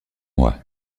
moi